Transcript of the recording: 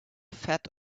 fed